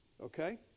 Okay